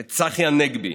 את צחי הנגבי,